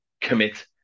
commit